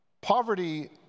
poverty